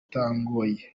bitangoye